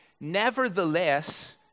Nevertheless